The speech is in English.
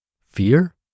Fear